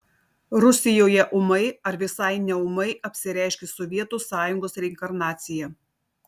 rusijoje ūmai ar visai neūmai apsireiškė sovietų sąjungos reinkarnacija